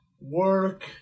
work